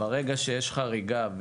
ברגע שיש חריגה,